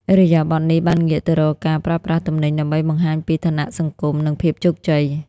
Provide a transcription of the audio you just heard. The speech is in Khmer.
ឥរិយាបថនេះបានងាកទៅរកការប្រើប្រាស់ទំនិញដើម្បីបង្ហាញពី ឋានៈសង្គម និងភាពជោគជ័យ។